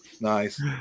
Nice